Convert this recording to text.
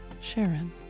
Sharon